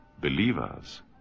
believers